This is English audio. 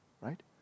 right